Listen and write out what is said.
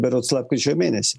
berods lapkričio mėnesį